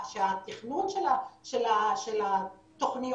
שהתכנון של התוכניות,